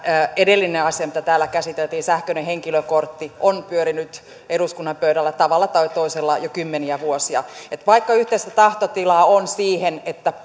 edellinen asia mitä täällä käsiteltiin sähköinen henkilökortti on pyörinyt eduskunnan pöydällä tavalla tai toisella jo kymmeniä vuosia vaikka yhteistä tahtotilaa on siihen että